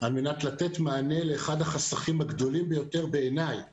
על מנת לתת מענה לאחד החסכים הגדולים ביותר בעיניי